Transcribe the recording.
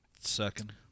Second